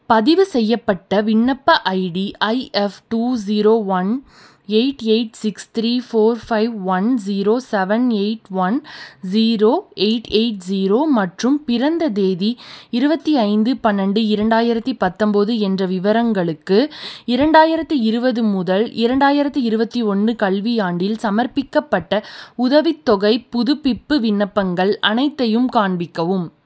பதிவுசெய்யப்பட்ட விண்ணப்ப ID I F two zero one eight eight six three four five one zero seven eight one zero eight eight zero மற்றும் பிறந்த தேதி இருபத்தி ஐந்து பன்னெண்டு இரண்டாயிரத்தி பத்தொம்போது என்ற விவரங்களுக்கு இரண்டாயிரத்தி இருபது முதல் இரண்டாயிரத்தி இருபத்தி ஒன்று கல்வியாண்டில் சமர்ப்பிக்கப்பட்ட உதவித்தொகைப் புதுப்பிப்பு விண்ணப்பங்கள் அனைத்தையும் காண்பிக்கவும்